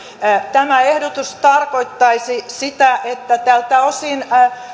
tämä ehdotus tarkoittaisi sitä että tältä osin